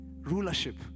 rulership